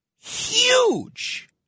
huge